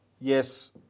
yes